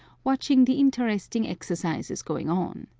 watching the interesting exercises going on.